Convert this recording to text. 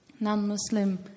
non-Muslim